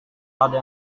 ada